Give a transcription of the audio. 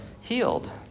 healed